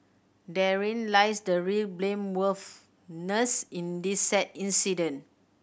therein lies the real blameworthiness in this sad incident